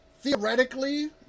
theoretically